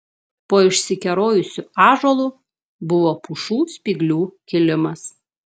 po išsikerojusiu ąžuolu buvo pušų spyglių kilimas